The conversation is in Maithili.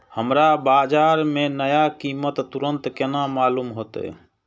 हमरा बाजार के नया कीमत तुरंत केना मालूम होते?